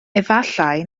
efallai